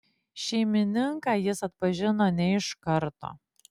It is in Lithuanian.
šeimininką jis atpažino ne iš karto